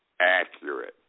accurate